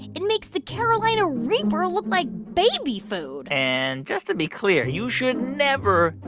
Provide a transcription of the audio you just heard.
it makes the carolina reaper look like baby food and just to be clear, you should never,